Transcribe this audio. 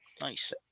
nice